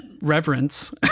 reverence